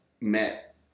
met